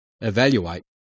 evaluate